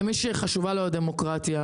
מי שחשובה לו הדמוקרטיה,